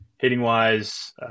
hitting-wise